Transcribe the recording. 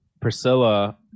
Priscilla